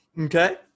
Okay